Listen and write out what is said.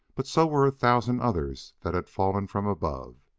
but so were a thousand others that had fallen from above.